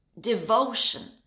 devotion